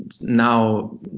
now